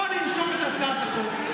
בואו נמשוך את הצעת החוק,